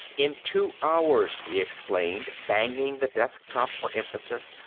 in two hours, he explained, banging the desk top for emphasis,